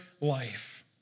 life